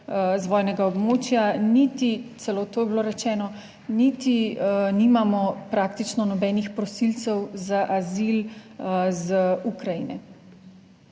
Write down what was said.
z vojnega območja, niti celo, to je bilo rečeno, niti nimamo praktično nobenih prosilcev za azil iz Ukrajine.